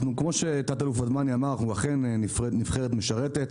כמו שתא"ל ודמני אמר אנחנו אכן נבחרת משרתת